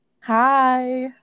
Hi